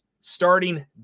starting